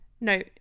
no